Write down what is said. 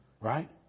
right